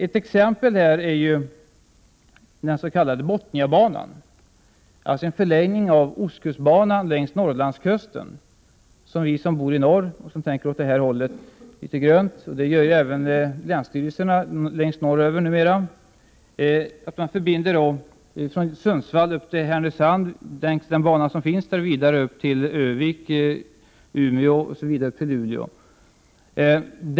Ett exempel är den s.k. Bothnia-banan, alltså en förlängning av ostkustbanan längs Norrlandskusten. Vi som bor i Norrland försöker tänka litet grönare, och därför driver länsstyrelserna längst i norr numera idén om Bothnia-banan. Man skulle då ha en förbindelse mellan Sundsvall och Härnösand, längs den bana som redan finns, och sedan skulle banan gå vidare till Örnsköldsvik, Umeå osv. upp till Luleå.